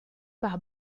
par